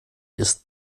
ist